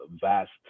vast